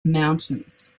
mountains